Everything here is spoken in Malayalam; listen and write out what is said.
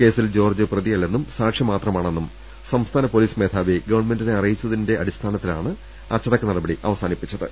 കേസിൽ ജോർജ് പ്രതിയല്ലെന്നും സാക്ഷി മാത്ര മാണെന്നും സംസ്ഥാന പൊലീസ് മേധാവി ഗവൺമെന്റിനെ അറിയച്ചതിന്റെ അടിസ്ഥാനത്തിലാണ് ഗവൺമെന്റ് അച്ചടക്ക നടപടി അവസാനിപ്പിച്ചത്